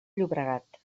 llobregat